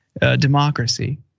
democracy